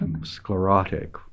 Sclerotic